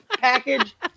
package